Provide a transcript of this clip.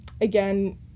again